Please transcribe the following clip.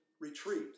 retreat